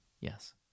Yes